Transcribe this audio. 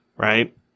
Right